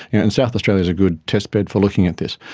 and south australia is a good test bed for looking at this.